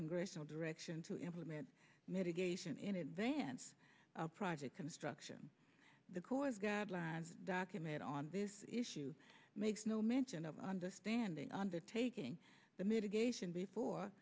congressional direction to implement mitigation in advance project construction the corps guidelines document on this issue makes no mention of understanding undertaking the mitigation before